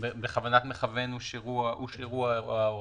בכוונת מכוון הן הושארו?